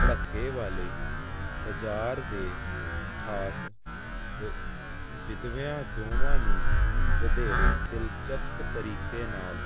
ਭੜੱਕੇ ਵਾਲੇ ਬਜ਼ਾਰ ਦੇ ਖਾਸ ਵ ਵਿਧਵਿਆਂ ਦੋਵਾਂ ਨੂੰ ਵਧੇਰੇ ਦਿਲਚਸਪ ਤਰੀਕੇ ਨਾਲ